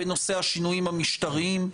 בנושא השינויים המשטריים.